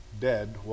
dead